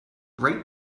rate